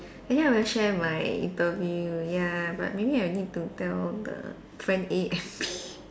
actually I haven't share my interview ya but maybe I'll need to tell the friend A and B